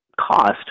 cost